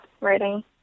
writing